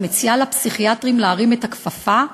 ואני מציעה לפסיכיאטרים להרים את הכפפה,